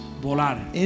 volar